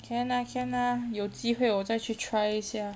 can ah can ah 有机会我再去 try 一下